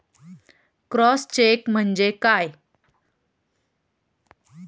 Cross check म्हणजे काय?